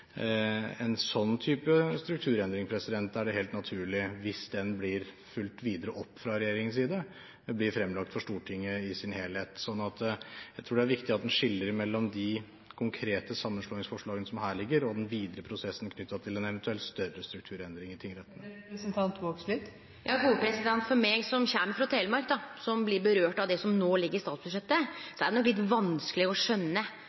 hvis den blir fulgt videre opp fra regjeringens side – blir fremlagt for Stortinget i sin helhet. Så jeg tror det er viktig at en skiller mellom de konkrete sammenslåingsforslagene som her ligger, og den videre prosessen knyttet til en eventuell større strukturendring i tingretten. For meg som kjem frå Telemark, som blir berørt av det som no ligg i statsbudsjettet, er det nok litt vanskeleg å